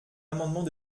amendement